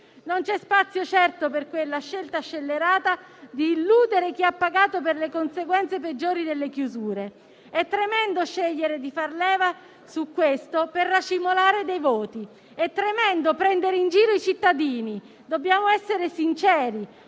Non c'è spazio, certo, per quella scelta scellerata di illudere chi ha pagato le conseguenze peggiori delle chiusure. È tremendo scegliere di far leva su questo per racimolare dei voti. È tremendo prendere in giro i cittadini; dobbiamo essere sinceri: